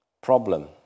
problem